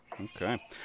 Okay